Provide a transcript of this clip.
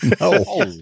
No